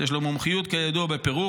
שיש לו המומחיות בפירוק,